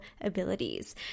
abilities